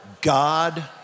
God